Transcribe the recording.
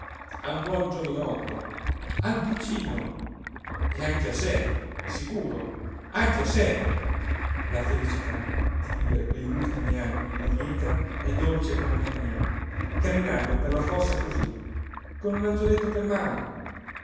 a un buon giovinotto al piccino e anche a sé sicuro anche a sé la felicità di vivere quegli ultimi anni in lieta e dolce compagnia camminando per la fossa così con un angioletto per mano